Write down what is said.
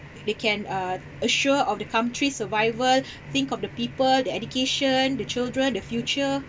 they can uh assure of the country's survival think of the people the education the children the future